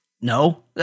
No